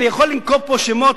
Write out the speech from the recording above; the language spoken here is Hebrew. אני יכול לנקוב פה שמות,